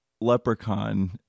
Leprechaun